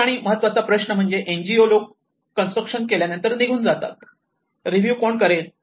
या ठिकाणी महत्त्वाचा प्रश्न म्हणजे एनजीओ लोक कन्स्ट्रक्शन केल्यानंतर निघून जातात रिव्यू कोण करेल